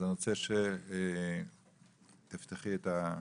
אז אני רוצה שתפתחי את הדיון.